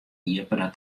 iepene